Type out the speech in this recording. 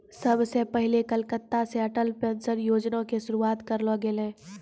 सभ से पहिले कलकत्ता से अटल पेंशन योजना के शुरुआत करलो गेलै